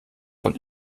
von